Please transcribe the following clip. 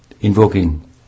invoking